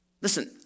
Listen